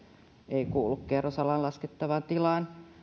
ei kuulu kerrosalaan laskettavaan tilaan